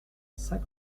saint